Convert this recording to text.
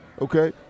okay